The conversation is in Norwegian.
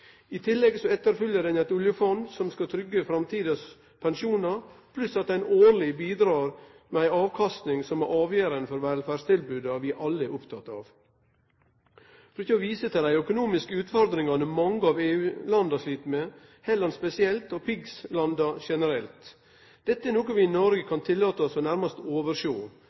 I tillegg fyller ho eit oljefond som skal tryggje pensjonane i framtida, pluss at ho årleg bidreg med ei avkasting som er avgjerande for velferdstilboda vi alle er opptekne av – for ikkje å vise til dei økonomiske utfordringane mange av EU-landa slit med, Hellas spesielt og PIIGS-landa generelt. Dette er noko vi i Noreg kan tillate oss nærmast å oversjå,